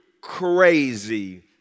crazy